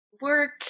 Work